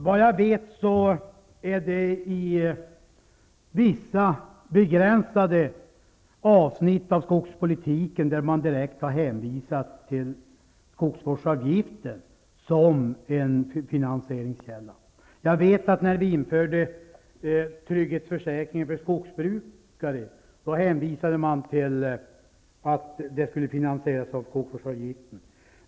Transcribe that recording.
Vad jag vet har man på vissa begränsade avsnitt av skogspolitiken direkt hänvisat till skogsvårdsavgiften som en finansieringskälla. När vi införde trygghetsförsäkringen för skogsbrukare hänvisade man till att reformen skulle finansieras av skogsvårdsavgiften.